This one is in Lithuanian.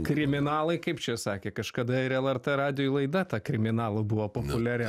kriminalai kaip čia sakė kažkada ir lrt radijo laida ta kriminalų buvo populiari